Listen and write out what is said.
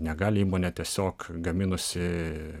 negali įmonė tiesiog gaminusi